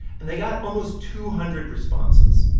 and they got almost two hundred responses.